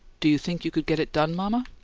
do you think you could get it done, mama?